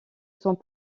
sont